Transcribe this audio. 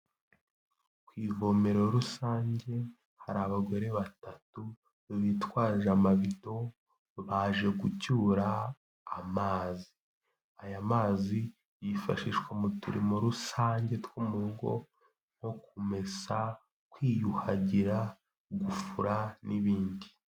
Ku ivomero rusange hari abagore batatu bitwaje amabido, baje gucyura amazi. Aya mazi yifashishwa mu turimo rusange two mu rugo nko kumesa, kwiyuhagira, gufura n'ibindi.